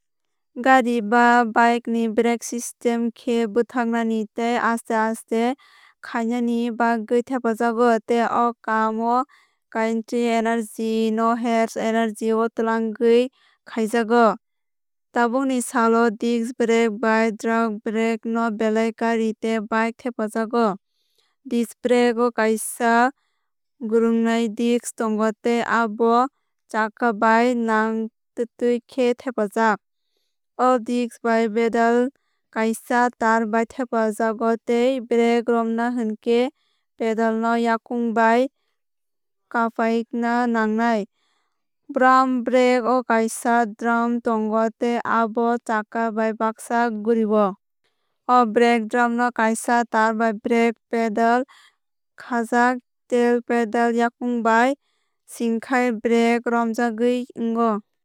Gari ba bike ni brake system khe bwthagnani tei aste aste khainani bagwui thepajago tei o kaam o kinetic energy no heat energy o twlangwui khaijago. Tabuk ni sal o disc brake bai drum brake no belai gari tei bike thepajago. Disc brake o kaisa gurugnai disc tongo tei abo chakka bai nangtutui khe thepajag. O disc bai pedal kaisa taar bai khajago tei brake romna hinkhe pedal no yakung bai kaphikna nangai. Drum brake o kaisa drum tongo tei abo chakka bai bagsa gurio. O brake drum no kaisa taar bai brake pedal khajak tei pedal yakung bai singkhai brake romjaktwui ongo.